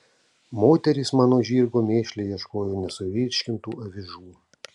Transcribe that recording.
moterys mano žirgo mėšle ieškojo nesuvirškintų avižų